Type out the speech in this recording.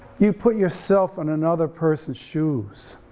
you put yourself in another person's shoes.